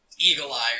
eagle-eye